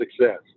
success